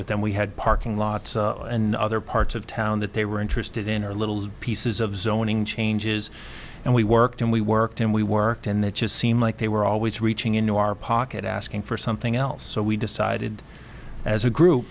with them we had parking lots in other parts of town that they were interested in or little pieces of zoning changes and we worked and we worked and we worked and that just seemed like they were always reaching into our pocket asking for something else so we decided as a group